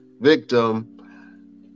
victim